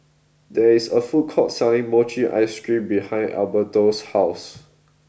there is a food court selling mochi ice cream behind Alberto's house